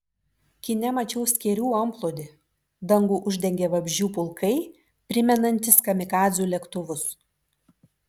kine mačiau skėrių antplūdį dangų uždengė vabzdžių pulkai primenantys kamikadzių lėktuvus